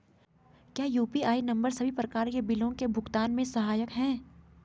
क्या UPI number सभी प्रकार के बिलों के भुगतान में सहायक हैं?